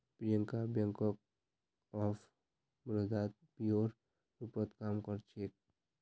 Priyanka bank of बड़ौदात पीओर रूपत काम कर छेक